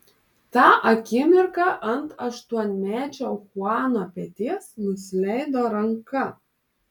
tą akimirką ant aštuonmečio chuano peties nusileido ranka